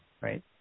right